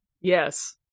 Yes